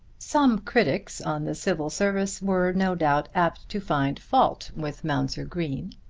some critics on the civil service were no doubt apt to find fault with mounser green.